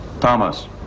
Thomas